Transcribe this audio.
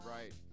right